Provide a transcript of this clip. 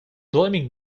blaming